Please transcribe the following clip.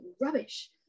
rubbish